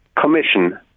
commission